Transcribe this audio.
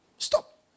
Stop